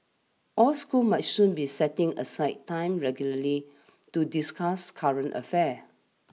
all schools might soon be setting aside time regularly to discuss current affairs